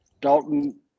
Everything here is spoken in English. Dalton